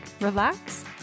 relax